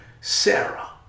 Sarah